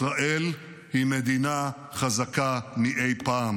ישראל היא מדינה חזקה מאי-פעם